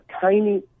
tiny